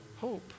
hope